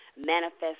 manifest